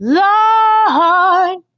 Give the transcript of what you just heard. lord